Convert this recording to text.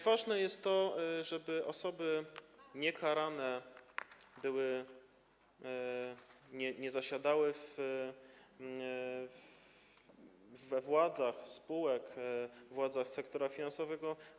Ważne jest to, żeby osoby niekarane nie zasiadały we władzach spółek, władzach sektora finansowego.